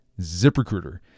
ZipRecruiter